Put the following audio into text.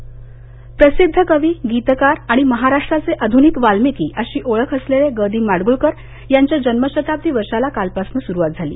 गदिमा प्रसिद्ध कवी गीतकार आणि महाराष्ट्राचे आधूनिक वाल्मिकी अशी ओळख असलेले ग दि माडगुळकर यांच्या जन्म शताब्दी वर्षाला कालपासून सूरुवात झाली